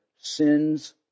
sin's